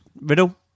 Riddle